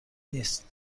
نیست